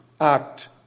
act